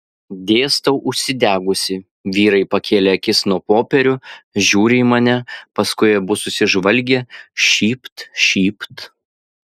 dėstau užsidegusi vyrai pakėlė akis nuo popierių žiūri į mane paskui abu susižvalgė šypt šypt